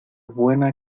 buena